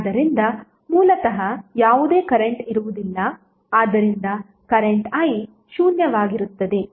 ಆದ್ದರಿಂದ ಮೂಲತಃ ಯಾವುದೇ ಕರೆಂಟ್ ಇರುವುದಿಲ್ಲ ಆದ್ದರಿಂದ ಕರೆಂಟ್ i ಶೂನ್ಯವಾಗಿರುತ್ತದೆ